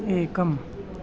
एकम्